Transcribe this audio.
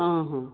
ହଁ ହଁ